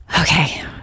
Okay